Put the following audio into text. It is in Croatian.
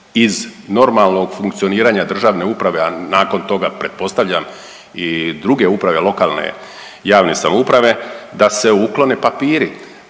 iz normalnog funkcioniranja državne uprave, a nakon toga pretpostavljam i druge uprave lokalne javne samouprave da se uklone papiri,